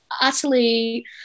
utterly